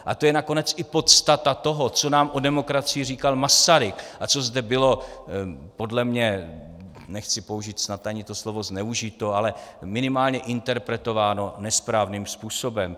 A to je nakonec i podstata toho, co nám o demokracii říkal Masaryk a co zde bylo podle mě nechci použít snad ani to slovo zneužito, ale minimálně interpretováno nesprávným způsobem.